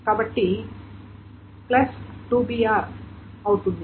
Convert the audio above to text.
కాబట్టి plus 2br అవుతుంది